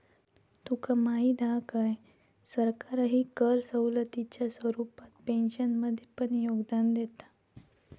तुका माहीत हा काय, सरकारही कर सवलतीच्या स्वरूपात पेन्शनमध्ये पण योगदान देता